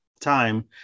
time